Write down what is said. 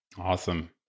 Awesome